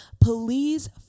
Please